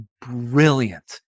brilliant